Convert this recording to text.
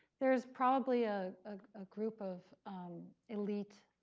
there is probably a ah ah group of elite